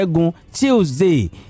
Tuesday